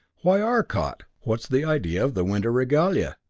why arcot what's the idea of the winter regalia?